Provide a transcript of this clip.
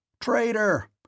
Traitor